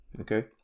okay